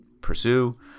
pursue